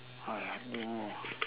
!aiya!